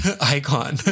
Icon